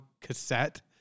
cassette